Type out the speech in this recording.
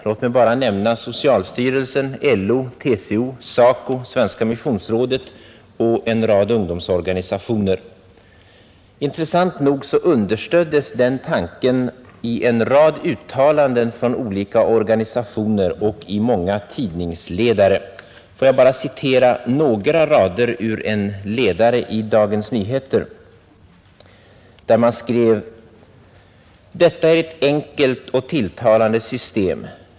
Låt mig bara nämna socialstyrelsen, LO, TCO, SACO, Svenska missionsrådet och en hel rad ungdomsorganisationer. Intressant nog understöddes den tanken i en rad uttalanden från olika organisationer och i många tidningsledare. Får jag bara citera några rader ur en ledare i Dagens Nyheter, där man skrev: ”Detta är ett enkelt och tilltalande system.